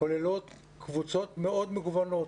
כוללות קבוצות מאוד מגוונות,